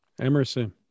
Emerson